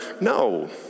No